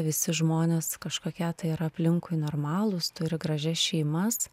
visi žmonės kažkokie tai yra aplinkui normalūs turi gražias šeimas